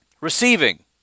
Receiving